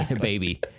baby